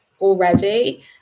already